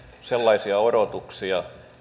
sellaisia odotuksia